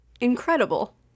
Incredible